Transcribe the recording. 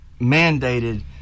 mandated